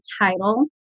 title